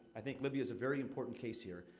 i think libya is a very important case here.